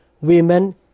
women